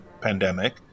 pandemic